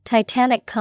Titanic